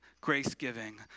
grace-giving